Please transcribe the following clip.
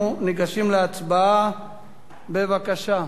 אנחנו ניגשים להצבעה, בבקשה.